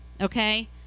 okay